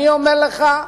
אני אומר לך: